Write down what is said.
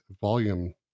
volume